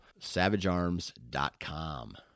savagearms.com